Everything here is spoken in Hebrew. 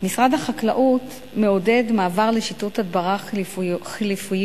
משרד החקלאות מעודד מעבר לשיטות הדברה חלופיות